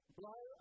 blow